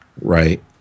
right